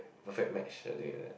perfect match I think like that